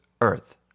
earth